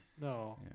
No